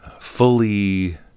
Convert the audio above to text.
fully